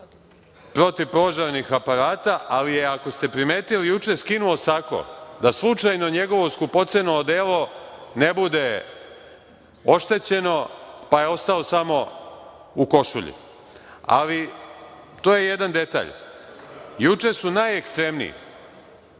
prskaju prahom iz PP aparata, ali je ako ste primetili juče skinuo sako da slučajno njegovo skupoceno odelo ne bude oštećeno pa je ostao samo u košulji, ali to je jedan detalj. Juče su najekstremniji